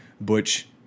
Butch